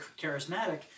charismatic